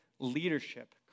leadership